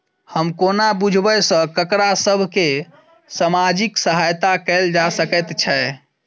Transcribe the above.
हम कोना बुझबै सँ ककरा सभ केँ सामाजिक सहायता कैल जा सकैत छै?